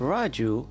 Raju